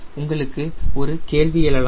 உங்களுக்கு ஒரு கேள்வி எழலாம்